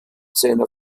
seiner